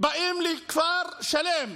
באים לכפר שלם,